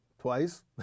twice